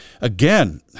again